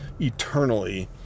eternally